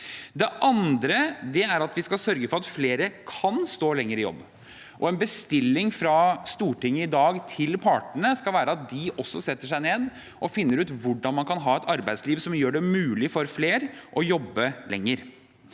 Det andre er at vi skal sørge for at flere kan stå lenger i jobb, og en bestilling fra Stortinget i dag til partene skal være at de også setter seg ned og finner ut hvordan man kan ha et arbeidsliv som gjør det mulig for flere å jobbe lenger.